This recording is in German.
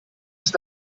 ist